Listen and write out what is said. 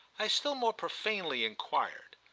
i still more profanely enquired.